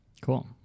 cool